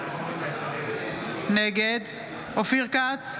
נגד אופיר כץ,